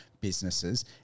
businesses